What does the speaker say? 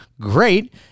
Great